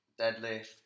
deadlift